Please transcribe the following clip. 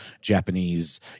Japanese